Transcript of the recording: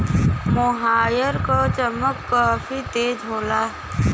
मोहायर क चमक काफी तेज होला